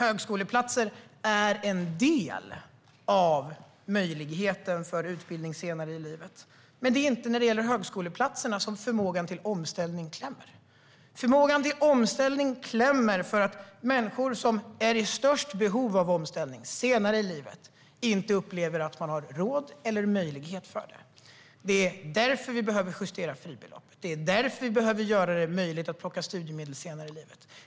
Det är en del av möjligheten för utbildning senare i livet. Men det är inte i fråga om högskoleplatserna som det klämmer när det gäller förmågan till omställning, utan för att de människor som är i störst behov av omställning senare i livet inte upplever att de har råd eller möjlighet till det. Det är därför vi behöver justera fribeloppet. Det är därför vi behöver göra det möjligt att plocka studiemedel senare i livet.